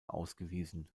ausgewiesen